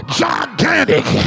gigantic